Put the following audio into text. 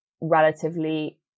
relatively